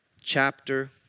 chapter